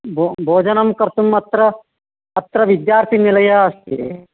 भोः भोजनं कर्तुम् अत्र अत्र विद्यार्थीनिलयः अस्ति